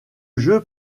jeu